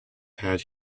had